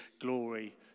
glory